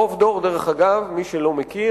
חוף דור, דרך אגב, מי שלא מכיר,